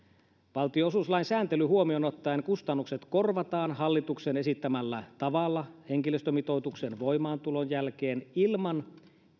valtionosuuslain sääntely huomioon ottaen kustannukset korvataan hallituksen esittämällä tavalla henkilöstömitoituksen voimaantulon jälkeen ilman